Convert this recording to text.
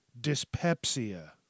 dyspepsia